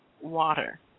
water